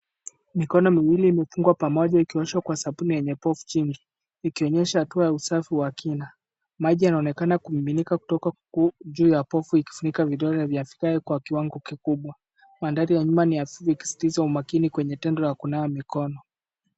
Mikono miwili imefungwa pamoja ikioshwa kwa sabuni yenye povu jingi ikionyesha hatua ya usafi wa kina. Maji yanaonekana kumiminika kutoka juu ya povu ikifunika vidole vya vigae kwa kiwango kikubwa. Mandhari ya nyuma ni hafifu ikisisitiza umakini kwenye tendo la kunawa mikono.